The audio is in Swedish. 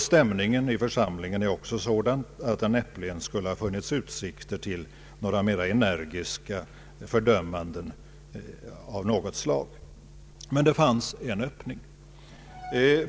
Stämningen i församlingen är också sådan att det näppeligen skulle ha funnits utsikter till några mera energiska fördömanden av Portugal. Men det fanns en öppning.